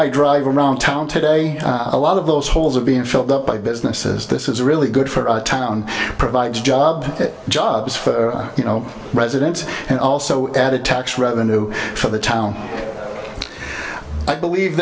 i drive around town today a lot of those holes of being filled up by businesses this is really good for our town provides job jobs for residents and also added tax revenue for the town i believe